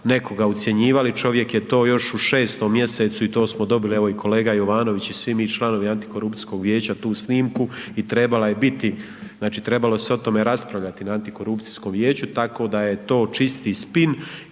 nekoga ucjenjivali, čovjek je to još u 6. mjesecu i to smo dobili, evo i kolega Jovanović i svi mi članovi Antikorupcijskog vijeća tu snimku i trebala je biti znači trebalo se o tome raspravljati na Antikorupcijskom vijeću tako da je to čisti spin